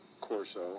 Corso